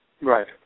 Right